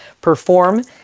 perform